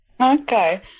Okay